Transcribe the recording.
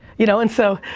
you know, and so,